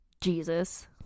jesus